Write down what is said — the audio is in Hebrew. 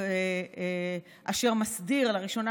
ומסדיר לראשונה,